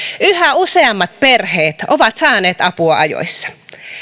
yhä useammat perheet ovat saaneet apua ajoissa